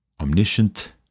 omniscient